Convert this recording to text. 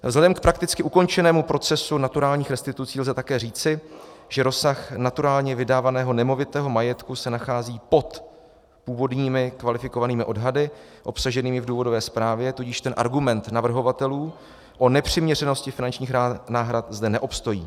Vzhledem k prakticky ukončenému procesu naturálních restitucí lze také říci, že rozsah naturálně vydávaného nemovitého majetku se nachází pod původními kvalifikovanými odhady obsaženými v důvodové zprávě, tudíž ten argument navrhovatelů o nepřiměřenosti finančních náhrad zde neobstojí.